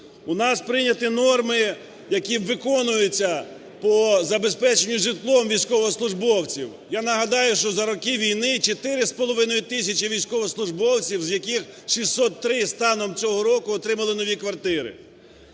У нас прийняті норми, які виконуються по забезпеченню житлом військовослужбовців. Я нагадаю, що за роки війни 4,5 тисячі військовослужбовців, з яких 603 станом цього року, отримали нові квартири.